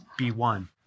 B1